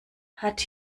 hat